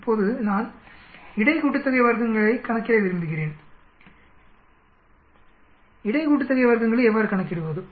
இப்போது நான் வர்க்கங்களின் இடை கூட்டுத்தொகையை கணக்கிட விரும்புகிறேன் வர்க்கங்களின் இடை கூட்டுத்தொகையை எவ்வாறு கணக்கிடுவது